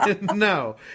No